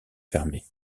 fermés